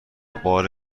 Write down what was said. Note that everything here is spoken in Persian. بار